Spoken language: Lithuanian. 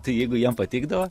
tai jeigu jiem patikdavo